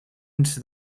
into